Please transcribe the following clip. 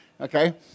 okay